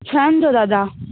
छहनि जो दादा